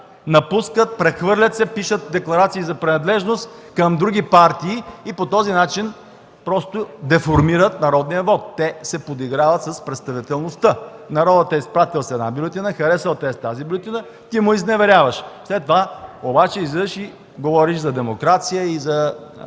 напускат, прехвърлят се, пишат декларации за принадлежност към други партии и по този начин деформират народния вот! Те се подиграват с представителността. Народът те изпратил с една бюлетина, харесал те е с тази бюлетина, а ти му изневеряваш. След това излизаш и говориш за демокрация и за